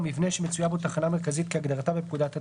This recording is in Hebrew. מבנה שמצויה בו תחנה מרכזית כהגדרתה בפקודת התעבורה,